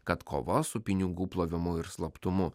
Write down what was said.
kad kova su pinigų plovimu ir slaptumu